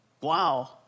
Wow